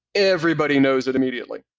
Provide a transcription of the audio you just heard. everybody knows it immediately.